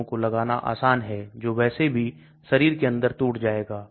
surfactant भी इसे अधिक घुलनशील बना सकते हैं